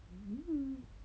um